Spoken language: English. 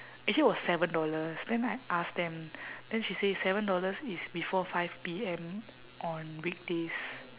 actually was seven dollars then I ask them then she say seven dollars is before five P_M on weekdays